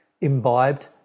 imbibed